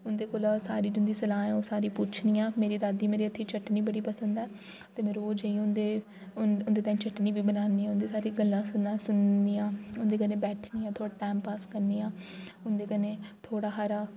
उं'दे कोला सारी जुन्दी सलाह् ऐ ओह् सारी पुछनियां मेरी दादी मेरे हत्थै ई चटनी बड़ी पसंद ऐ ते मे रोज़ जाइयै उ'न्दे उ'न्दे ताहीं चटनी बी बनानियां उ'न्दी सारी गल्लां सल्लां सुननियां उ'न्दे कन्नै बैठनी आं थोह्ड़ा टैम पास करनी आं उ'न्दे कन्नै थोह्ड़ा हारा